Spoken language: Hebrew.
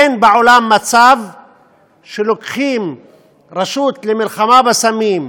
אין בעולם מצב שלוקחים רשות למלחמה בסמים,